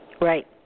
Right